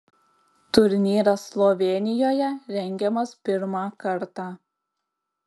turnyras slovėnijoje rengiamas pirmą kartą